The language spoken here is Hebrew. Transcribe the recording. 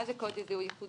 מה זה קוד זיהוי ייחודי?